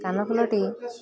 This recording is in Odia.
କାନଫୁଲଟି